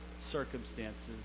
circumstances